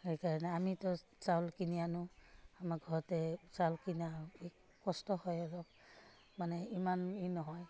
সেইকাৰণে আমিতো চাউল কিনি আনো আমাৰ ঘৰতে চাউল কিনা কষ্ট হয় আৰু মানে ইমান ই নহয়